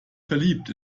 verliebt